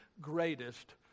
greatest